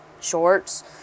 shorts